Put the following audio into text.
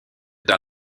dans